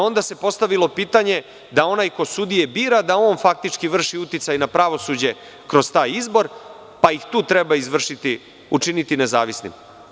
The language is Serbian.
Onda se postavilo pitanje da onaj ko sudije bira faktički vrši i uticaj na pravosuđe kroz taj izbor, pa ih tu treba učiniti nezavisnim.